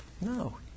No